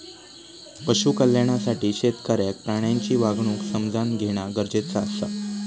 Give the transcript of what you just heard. पशु कल्याणासाठी शेतकऱ्याक प्राण्यांची वागणूक समझान घेणा गरजेचा आसा